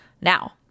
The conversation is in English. Now